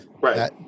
right